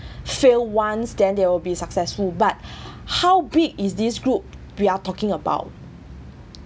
fail once then they will be successful but how big is this group we are talking about